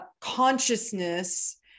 consciousness